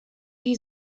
die